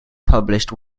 published